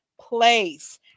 place